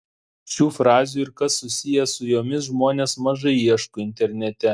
šių frazių ir kas susiję su jomis žmonės mažai ieško internete